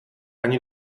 ani